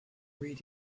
read